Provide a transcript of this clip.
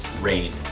rain